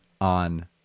on